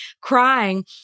crying